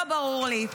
לא ברור לי.